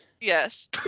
yes